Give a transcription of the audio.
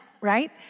right